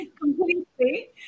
Completely